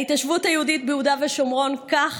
ההתיישבות היהודית ביהודה ושומרון, כך